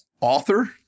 Author